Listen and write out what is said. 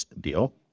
deal